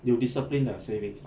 有 discipline 的 savings lah